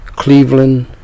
Cleveland